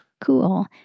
Cool